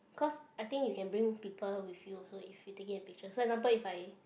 cause I think you can bring people with you so if you taking a picture so example if I